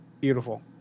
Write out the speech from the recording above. Beautiful